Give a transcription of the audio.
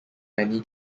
many